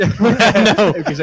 No